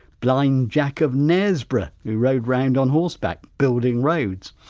blind jack of knaresborough who rode around on horseback building roads.